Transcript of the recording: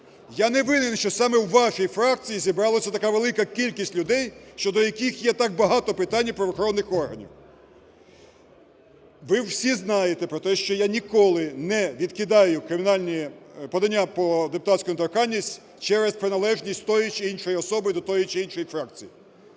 Я не винен, що саме у вашій фракції зібралася така велика кількість людей, щодо яких є так багато питань у правоохоронних органів. Ви всі знаєте про те, що я ніколи не відкидаю кримінальні… подання про депутатську недоторканність через приналежність тої чи іншої особи до тої чи іншої фракції.